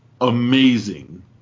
amazing